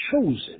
chosen